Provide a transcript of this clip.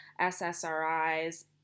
SSRIs